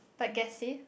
but gassy